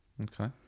okay